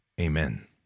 Amen